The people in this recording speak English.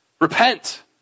Repent